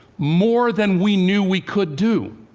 more than we knew we could do?